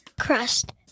crust